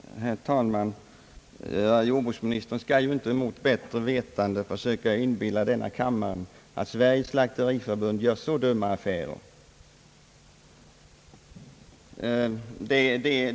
Herr talman! Jordbruksministern skall inte mot bättre vetande försöka inbilla denna kammare, att Sveriges slakteriförbund gör så dumma affärer!